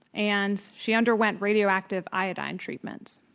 and she underwent radioactive iodine treatment.